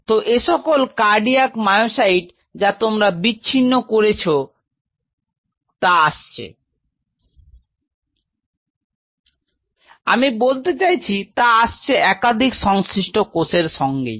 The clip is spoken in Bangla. তো এসকল কার্ডিয়াক মায়োসাইট যা তোমরা বিচ্ছিন্ন করেছ তা আসছে Refer Time 1324 আমি বলতে চাই তা আসছে একাধিক সংশ্লিষ্ট কোষের সঙ্গেই